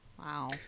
Wow